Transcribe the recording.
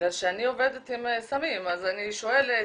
בגלל שאני עובדת עם סמים אז אני שואלת,